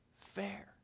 fair